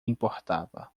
importava